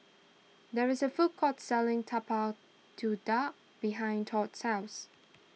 there is a food court selling Tapak Kuda behind Todd's house